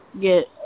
get